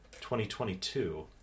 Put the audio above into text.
2022